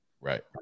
right